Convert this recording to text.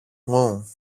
μου